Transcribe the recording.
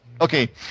Okay